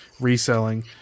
reselling